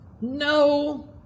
No